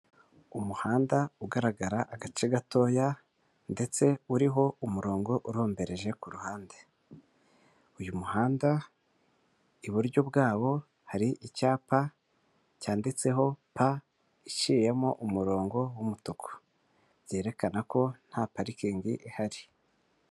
Umuhanda ugaragara agace gatoya, ndetse uriho umurongo urombereje ku ruhande, uyu muhanda, iburyo bwawo hari icyapa cyanditseho p iciyemo umurongo w'umutuku, byerekana ko nta parikingi ihari.